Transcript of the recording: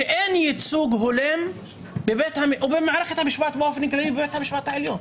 שאין ייצוג הולם במערכת המשפט באופן כללי ובבית המשפט העליון.